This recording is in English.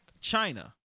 china